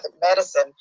medicine